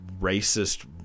racist